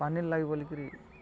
ପାନିର୍ ଲାଗିି ବୋଲିକିରି